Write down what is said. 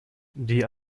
die